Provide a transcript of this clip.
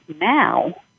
now